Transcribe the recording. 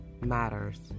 matters